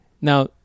Now